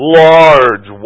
large